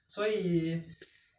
okay no problem